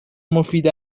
مفید